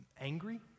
angry